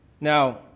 Now